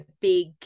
big